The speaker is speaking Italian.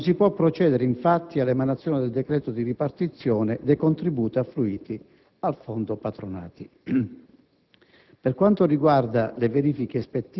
In mancanza degli stessi non si può procedere, infatti, all'emanazione del decreto di ripartizione dei contributi affluiti al fondo patronati.